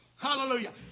Hallelujah